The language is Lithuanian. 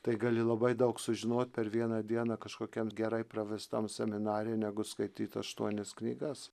tai gali labai daug sužinot per vieną dieną kažkokiam gerai pravestam seminare negu skaityt aštuonias knygas